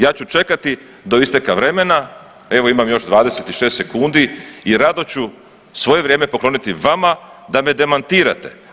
Ja ću čekati do isteka vremena evo imam još 26 sekundi i rado ću svoje vrijeme pokloniti vama da me demantirate.